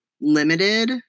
limited